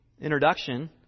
introduction